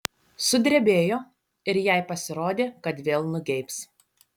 sudrebėjo ir jai pasirodė kad vėl nugeibs